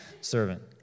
servant